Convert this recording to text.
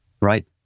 Right